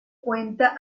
cuenta